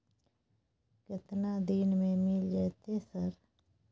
केतना दिन में मिल जयते सर?